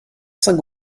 saint